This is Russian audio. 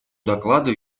доклада